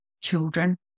children